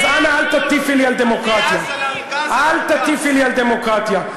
אז אנא, אל תטיפי לי על דמוקרטיה.